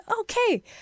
okay